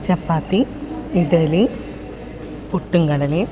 ചപ്പാത്തി ഇഡ്ഡലി പുട്ടും കടലയും